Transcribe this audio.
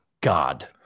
God